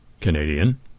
Canadian